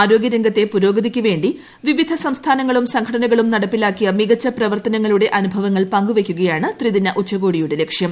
ആരോഗ്യ രംഗത്തെ പുരോഗതിക്ക് വേ വിവിധ സംസ്ഥാനങ്ങളും സംഘടനകളും നടപ്പിലാക്കിയ മികച്ച പ്രവർത്തനങ്ങളുടെ അനുഭവങ്ങൾ പങ്ക് വയ്ക്കുകയാണ് ത്രിദിന ഉച്ചകോടിയുടെ ലക്ഷ്യം